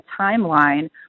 timeline